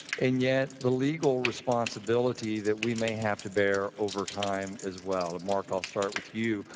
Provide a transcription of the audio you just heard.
and yet the legal responsibility that we may have to bear over time as well? and mark, i'll start with you,